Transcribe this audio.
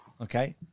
Okay